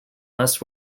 must